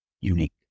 unique